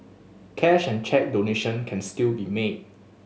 cash and cheque donation can still be made